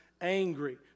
angry